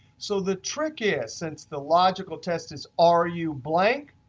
so the trick is since the logical test is are you blank,